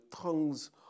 tongues